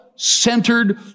Centered